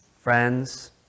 Friends